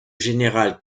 general